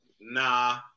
Nah